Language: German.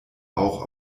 auch